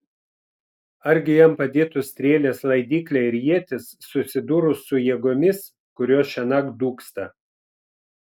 argi jam padėtų strėlės laidyklė ir ietis susidūrus su jėgomis kurios šiąnakt dūksta